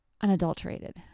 unadulterated